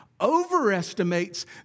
overestimates